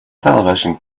television